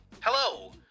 Hello